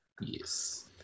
yes